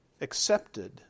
accepted